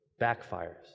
backfires